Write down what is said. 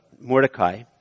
Mordecai